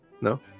No